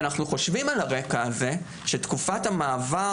אנחנו חושבים על הרגע הזה שתקופת המעבר